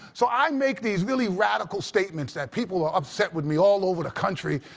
so i make these really radical statements that people are upset with me all over the country.